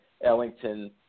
Ellington